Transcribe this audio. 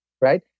right